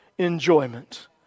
enjoyment